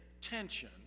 tension